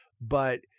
but-